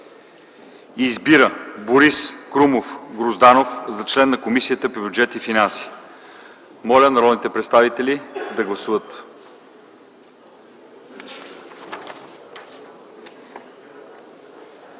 2. Избира Борис Крумов Грозданов за член на Комисията по бюджет и финанси.” Моля народните представители да гласуват.